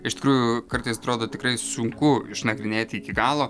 iš tikrųjų kartais atrodo tikrai sunku išnagrinėti iki galo